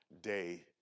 day